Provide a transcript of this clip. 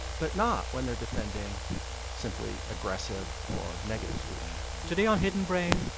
but not when they're defending simply aggressive or negative speech today on hidden brain,